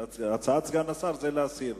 הצעת סגן השר זה להסיר.